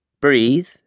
breathe